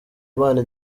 impano